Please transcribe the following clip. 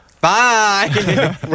bye